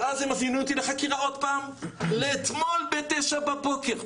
ואז הם מזמינים אותי לחקירה עוד פעם לאתמול ב-9:00 בבוקר.